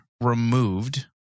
removed